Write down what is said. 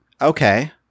okay